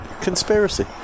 Conspiracy